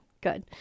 Good